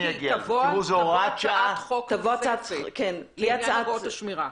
מיקי, תבוא הצעת חוק נוספת לעניין אגרות השמירה.